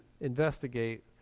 investigate